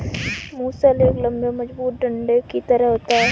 मूसल एक लम्बे मजबूत डंडे की तरह होता है